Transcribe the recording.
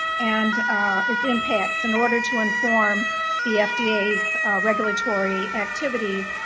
and its impacts in order to inform the fda's regulatory activities.